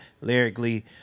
lyrically